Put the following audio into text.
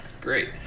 Great